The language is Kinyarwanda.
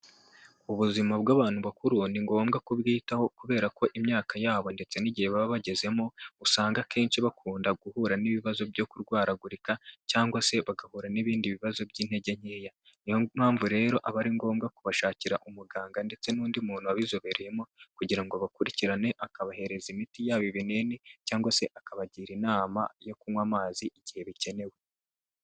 Ubuzima bw'abantu bakuru ni ngombwa kubwitaho kubera ko imyaka yabo ndetse n'igihe baba bagezemo usanga akenshi bakunda guhura n'ibibazo byo kurwaragurika cyangwa se bagahura n'ibindi bibazo by'intege nkeya, niyo mpamvu rero aba ari ngombwa kubashakira umuganga ndetse n'undi muntu wabizobereyemo kugira ngo akurikirane, akabahereza imiti yabo ibinini cyangwa se akabagira inama yo kunywa amazi igihe bikenewe.